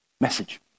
message